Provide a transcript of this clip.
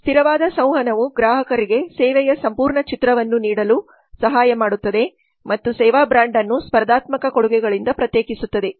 ಸ್ಥಿರವಾದ ಸಂವಹನವು ಗ್ರಾಹಕರಿಗೆ ಸೇವೆಯ ಸಂಪೂರ್ಣ ಚಿತ್ರವನ್ನು ನೀಡಲು ಸಹಾಯ ಮಾಡುತ್ತದೆ ಮತ್ತು ಸೇವಾ ಬ್ರಾಂಡ್ ಅನ್ನು ಸ್ಪರ್ಧಾತ್ಮಕ ಕೊಡುಗೆಗಳಿಂದ ಪ್ರತ್ಯೇಕಿಸುತ್ತದೆ